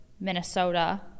Minnesota